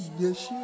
yes